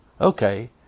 Okay